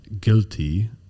guilty